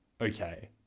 Okay